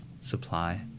supply